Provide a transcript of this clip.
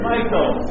Michael